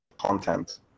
content